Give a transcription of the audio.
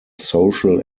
social